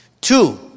Two